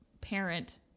parent